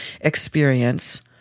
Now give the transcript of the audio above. experience